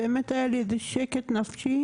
באמת היה לי איזה שקט נפשי